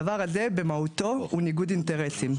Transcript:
הדבר הזה במהותו הוא ניגוד אינטרסים.